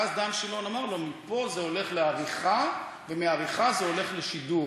ואז דן שילון אמר לו: מפה זה הולך לעריכה ומעריכה זה הולך לשידור,